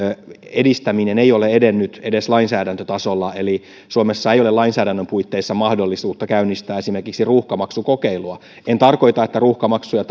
edistäminen ei ole edennyt edes lainsäädäntötasolla eli suomessa ei ole lainsäädännön puitteissa mahdollisuutta käynnistää esimerkiksi ruuhkamaksukokeilua en tarkoita että ruuhkamaksuja